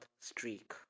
streak